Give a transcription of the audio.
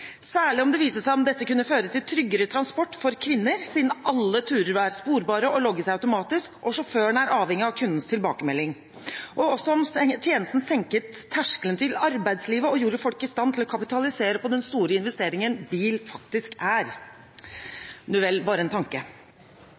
særlig om det viste seg at dette kunne føre til tryggere transport for kvinner, siden alle turer ville være sporbare og logges automatisk og sjåføren er avhengig av kundens tilbakemelding, og også om tjenesten senket terskelen til arbeidslivet og gjorde folk i stand til å kapitalisere på den store investeringen bil faktisk er. Nuvel – det var bare en tanke.